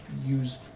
use